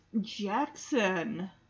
Jackson